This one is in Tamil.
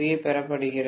ஏ பெறப்படுகிறது